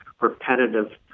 repetitive